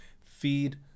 feed